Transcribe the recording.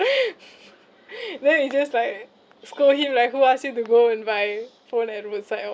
then it just like scold him like who ask you to go and buy phone at roadside all